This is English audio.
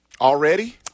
Already